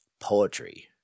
poetry